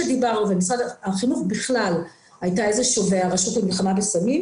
משרד החינוך והרשות למלחמה בסמים.